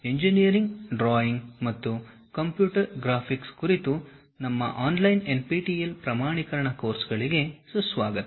engineering drawing ಮತ್ತು computer graphics ಕುರಿತು ನಮ್ಮ ಆನ್ಲೈನ್ ಎನ್ಪಿಟಿಇಎಲ್ ಪ್ರಮಾಣೀಕರಣ ಕೋರ್ಸ್ಗಳಿಗೆ ಸುಸ್ವಾಗತ